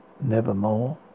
nevermore